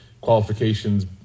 qualifications